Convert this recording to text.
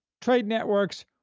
trade networks,